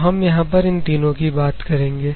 तो हम यहां पर इन तीनों की बात करेंगे